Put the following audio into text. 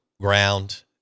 ground